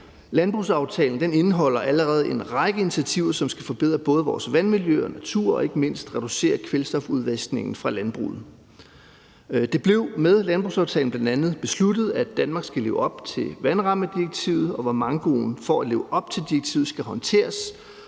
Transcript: Landbrugsaftalen indeholder allerede en række initiativer, som skal forbedre både vores vandmiljø og natur og ikke mindst reducere kvælstofudvaskningen fra landbruget. Det blev med landbrugsaftalen bl.a. besluttet, at Danmark skal leve op til vandrammedirektivet, og mankoen for at leve op til direktivet skal håndteres,